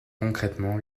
concrètement